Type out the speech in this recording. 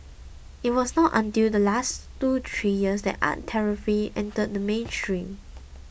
it was not until the last two three years that art therapy entered the mainstream